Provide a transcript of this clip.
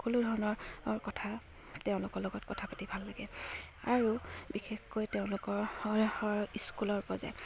সকলো ধৰণৰ কথা তেওঁলোকৰ লগত কথা পাতি ভাল লাগে আৰু বিশেষকৈ তেওঁলোকৰ স্কুলৰ পৰা যায়